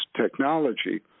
technology